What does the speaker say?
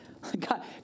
God